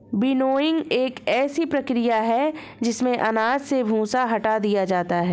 winnowing एक ऐसी प्रक्रिया है जिसमें अनाज से भूसा हटा दिया जाता है